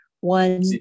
one